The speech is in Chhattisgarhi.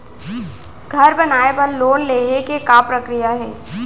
घर बनाये बर लोन लेहे के का प्रक्रिया हे?